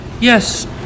Yes